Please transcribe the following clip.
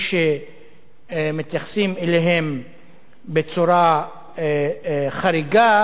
ויש מי שמתייחסים אליהם בצורה חריגה